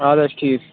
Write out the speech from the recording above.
اَدٕ حظ ٹھیٖک چھُ